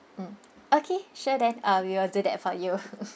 mm okay sure then uh we will do that for you